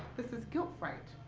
this is guilt fright,